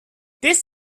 this